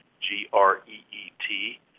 G-R-E-E-T